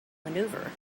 maneuver